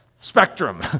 spectrum